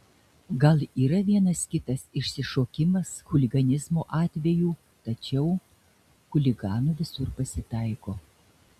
gal yra vienas kitas išsišokimas chuliganizmo atvejų tačiau chuliganų visur pasitaiko